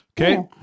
okay